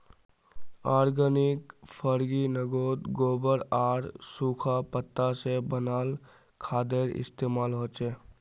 organic फर्मिन्गोत गोबर आर सुखा पत्ता से बनाल खादेर इस्तेमाल होचे